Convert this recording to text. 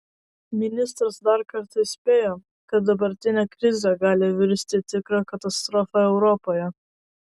ministras dar kartą įspėjo kad dabartinė krizė gali virsti tikra katastrofa europoje